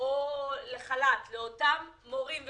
או לחל"ת לאותם מורים ומדריכים,